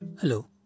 Hello